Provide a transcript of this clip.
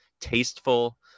tasteful